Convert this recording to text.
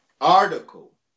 article